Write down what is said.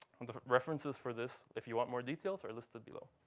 and references for this, if you want more details, are listed below.